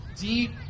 deep